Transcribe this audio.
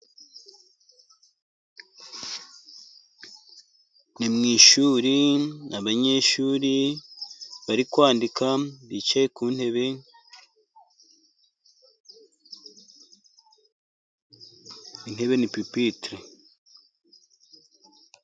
Ni mu ishuri abanyeshuri bari kwandika, bicaye ku ntebe. Intebe ni pipitire.